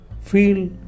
feel